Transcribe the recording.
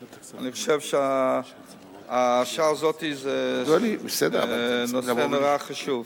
אני חושב שהשעה הזאת זה עניין נורא חשוב.